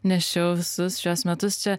nešiau visus šiuos metus čia